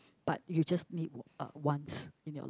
but you just need uh once in your life